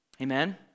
Amen